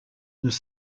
nous